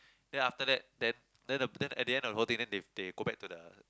then after that then then the then the at the end of the whole thing they they go back to the